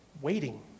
waiting